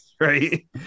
right